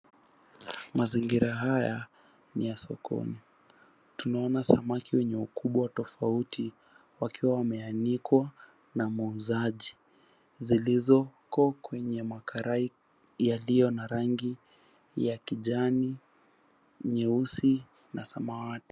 Mazingira haya ni ya sokoni. Tunaona samaki wenye wakubwa tofauti wakiwa wameanikwa na muuzaji zilizoko kwenye makarai yaliyo na rangi ya kijani, nyeusi na samawati.